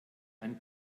ein